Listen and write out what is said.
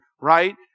right